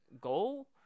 goal